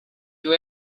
you